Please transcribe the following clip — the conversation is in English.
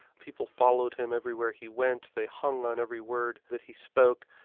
people followed him everywhere he went, they hung on every word that he spoke,